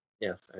Yes